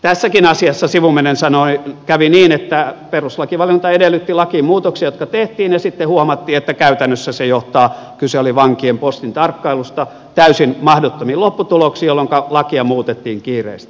tässäkin asiassa sivumennen sanoen kävi niin että perustuslakivaliokunta edellytti lakiin muutoksia jotka tehtiin ja sitten huomattiin että käytännössä se johtaa kyse oli vankien postin tarkkailusta täysin mahdottomiin lopputuloksiin jolloin lakia muutettiin kiireesti